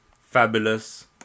Fabulous